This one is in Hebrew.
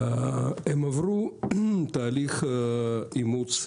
הם עברו תהליך אימוץ.